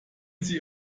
sie